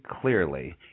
clearly